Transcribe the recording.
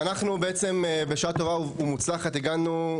בשעה טובה ומוצלחת הגענו,